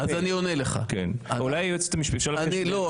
אולי היועצת המשפטית --- לא,